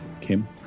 Kim